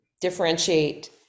differentiate